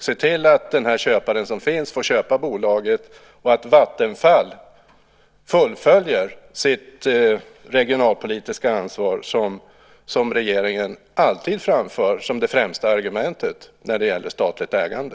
Se till att den köpare som finns får köpa bolaget och att Vattenfall fullföljer sitt regionalpolitiska ansvar, som regeringen alltid framför som det främsta argumentet för statligt ägande.